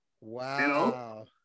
Wow